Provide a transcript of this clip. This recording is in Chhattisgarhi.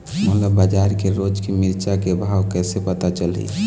मोला बजार के रोज के मिरचा के भाव कइसे पता चलही?